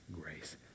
grace